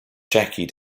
jackie